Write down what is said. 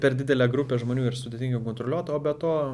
per didelė grupė žmonių ir sudėtinga kontroliuot o be to